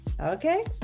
Okay